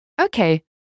Okay